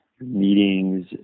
meetings